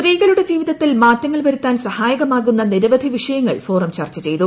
സ്ത്രീകളുടെ ജീവിതത്തിൽ മാറ്റങ്ങൾ വരുത്താൻ സഹായകമാകുന്ന നിരവധി വിഷയങ്ങൾ ഫോറം ചർച്ച ചെയ്തു